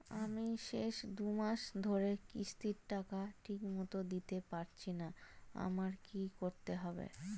আমি শেষ দুমাস ধরে কিস্তির টাকা ঠিকমতো দিতে পারছিনা আমার কি করতে হবে?